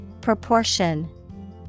Proportion